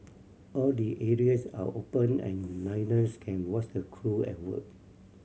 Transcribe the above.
all the areas are open and diners can watch the crew at work